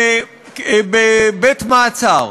בבית-מעצר,